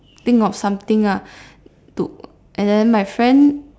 think of something ah to and then my friend